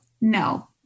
No